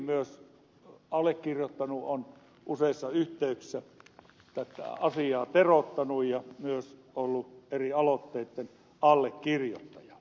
myös allekirjoittanut on useissa yhteyksissä asiaa teroittanut ja myös ollut eri aloitteitten allekirjoittaja